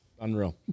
unreal